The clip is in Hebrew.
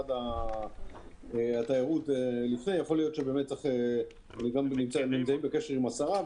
משרד התיירות ואני נמצא גם די בקשר עם השרה.